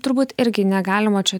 turbūt irgi negalima čia